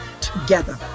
together